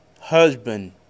husband